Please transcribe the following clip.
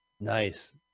Nice